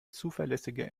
zuverlässige